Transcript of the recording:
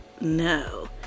no